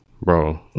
Bro